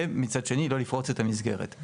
ומצד שני לא יפרוץ את המסגרת.